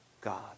God